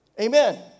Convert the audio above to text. Amen